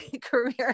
career